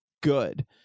good